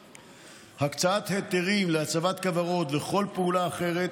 הקצאת היתרים להצבת כוורות וכל פעולה אחרת